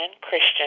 Christian